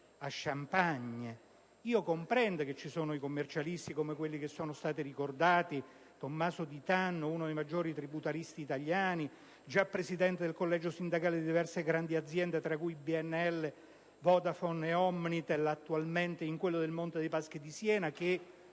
champagne. Comprendo che ci sono commercialisti come, tra quelli che sono stati ricordati, Tommaso Di Tanno, uno dei maggiori tributaristi italiani e già presidente del collegio sindacale di diverse grandi aziende, tra cui BNL, Vodafone, Omnitel e attualmente in quello di Monte dei Paschi di Siena, che